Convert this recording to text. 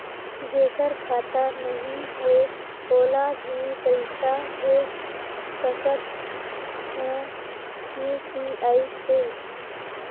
जेकर खाता नहीं है ओला भी पइसा भेज सकत हो यू.पी.आई से?